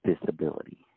disability